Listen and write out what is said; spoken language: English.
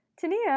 Tania